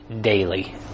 daily